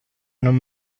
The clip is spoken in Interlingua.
non